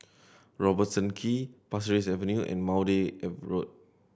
Robertson Quay Pasir Ris Avenue and Maude Road